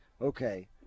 Okay